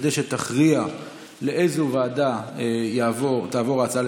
כדי שתכריע לאיזו ועדה תעבור ההצעה,